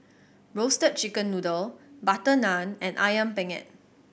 Roasted Chicken Noodle butter naan and Ayam Penyet